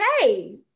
hey